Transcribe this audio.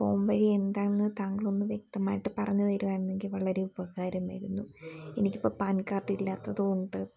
പോംവഴി എന്താണെന്ന് താങ്കളൊന്ന് വ്യക്തമായിട്ട് പറഞ്ഞു തരുമായിരുന്നെങ്കിൽ വളരെ ഉപകാരമായിരുന്നു എനിക്കിപ്പോൾ പാൻ കാർഡ് ഇല്ലാത്തതുകൊണ്ട്